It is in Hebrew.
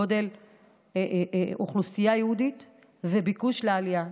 גודל אוכלוסייה יהודית וביקוש לעלייה,